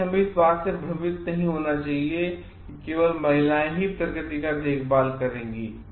इसलिए हमें इस बात से भ्रमित नहीं करना चाहिए कि केवल महिलाएं ही प्रकृति की देखभाल करेंगी